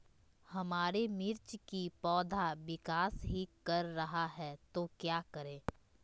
हमारे मिर्च कि पौधा विकास ही कर रहा है तो क्या करे?